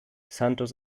santos